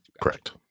correct